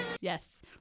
yes